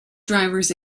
drivers